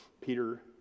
Peter